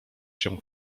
się